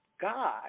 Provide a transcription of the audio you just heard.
God